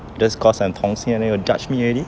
just cause I'm 同性恋 then judge me already